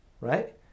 right